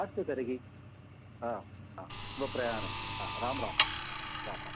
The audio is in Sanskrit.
अस्तु तर्हि हा हा शुभप्रयाणं हा रां रां रां राम्